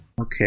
Okay